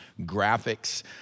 graphics